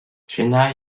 chennai